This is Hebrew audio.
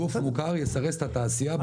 גוף מוכר יסרס את התעשייה.